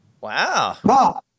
wow